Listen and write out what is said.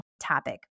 topic